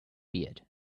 beard